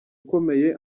ukomeye